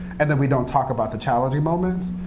and then we don't talk about the challenging moments.